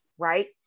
right